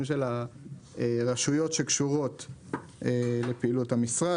תקציבי הרשויות שקשורות לפעילות המשרד,